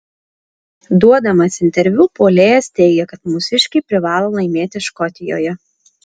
duodamas interviu puolėjas teigė kad mūsiškiai privalo laimėti škotijoje